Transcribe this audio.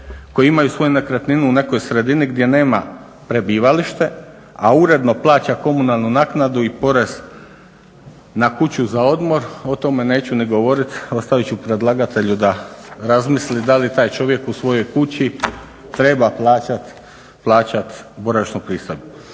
koji imaju svoju nekretninu u nekoj sredini gdje nema prebivalište a uredno plaća komunalnu naknadu i porez na kuću za odmor o tome neću ni govorit, ostavit ću predlagatelju da razmisli da li taj čovjek u svojoj kući treba plaćati boravišnu pristojbu.